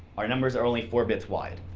our numbers are only four bits wide,